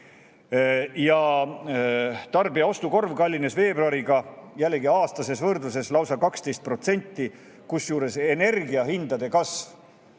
Tarbija ostukorv kallines veebruariga, jällegi aastases võrdluses, lausa 12%, kusjuures energiahindade kasv